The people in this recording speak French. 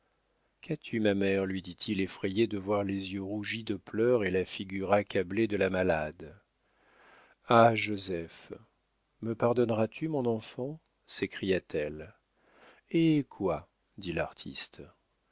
qu'as-tu ma mère lui dit-il effrayé de voir les yeux rougis de pleurs et la figure accablée de la malade ah joseph me pardonneras tu mon enfant s'écria-t-elle eh quoi dit l'artiste